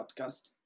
podcast